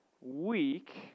week